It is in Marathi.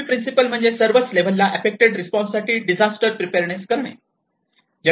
पाचवी प्रिन्सिपल म्हणजे सर्व लेवल ला एफ्फेक्टिव्ह रिस्पॉन्स साठी डिझास्टर प्रिप्रेअरनेस करणे